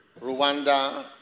Rwanda